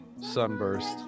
sunburst